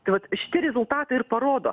tai vat šitie rezultatai ir parodo